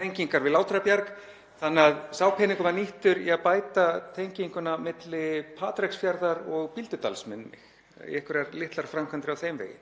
tengingar við Látrabjarg þannig að sá peningur var nýttur í að bæta tenginguna á milli Patreksfjarðar og Bíldudals, minnir mig, einhverjar litlar framkvæmdir á þeim vegi.